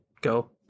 go